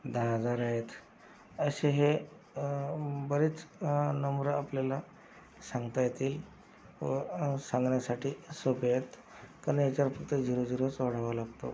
दहा हजार आहेत असे हे बरेच नंबरं आपल्याला सांगता येतील व सांगण्यासाठी सोपे आहेत कारण याच्यावर फक्त झिरो झिरोच वाढावावा लागतो